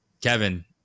Kevin